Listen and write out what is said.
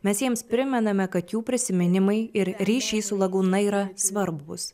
mes jiems primename kad jų prisiminimai ir ryšiai su lagūna yra svarbūs